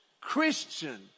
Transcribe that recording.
Christian